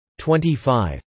25